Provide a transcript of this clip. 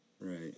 right